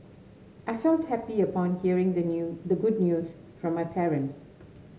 I felt happy upon hearing the new the good news from my parents